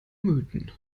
mythen